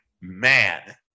man